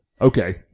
Okay